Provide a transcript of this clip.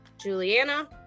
Juliana